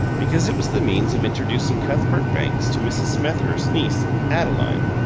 because it was the means of introducing cuthbert banks to mrs. smethurst's niece, adeline.